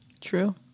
True